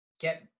get